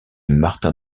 martin